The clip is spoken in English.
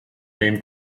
fame